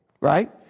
right